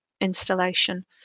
installation